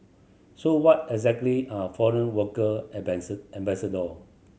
so what exactly are foreign worker ambassador